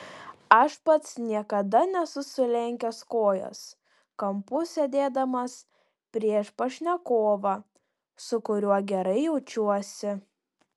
aš pats niekada nesu sulenkęs kojos kampu sėdėdamas prieš pašnekovą su kuriuo gerai jaučiuosi